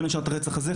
בין השאר הרצח הזה,